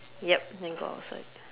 yup then go outside